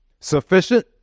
sufficient